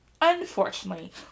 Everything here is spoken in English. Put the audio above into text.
Unfortunately